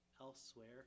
elsewhere